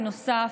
בנוסף,